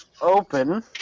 open